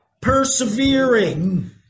Persevering